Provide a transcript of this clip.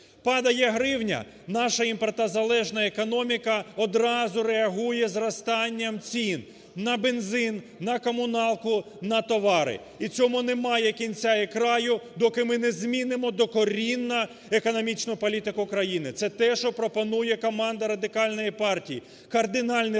Падає гривня, наша імпортозалежна економіка одразу реагує зростанням цін на бензин, на комуналку, на товари. І цьому немає кінця і краю, доки ми не змінимо докорінно економічну політику країни. Це те, що пропонує команда Радикальної партії, кардинальний розворот